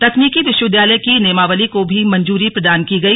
तकनीकी विश्वविद्यालय की नियमावली को भी मंजूरी प्रदान की गई